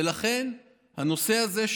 לכן הנושא הזה,